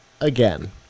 again